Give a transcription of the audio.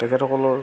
তেখেতসকলৰ